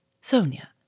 Sonia